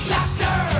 Laughter